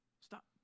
Stop